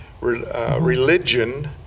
Religion